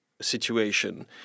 situation